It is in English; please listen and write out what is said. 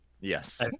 Yes